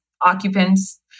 occupants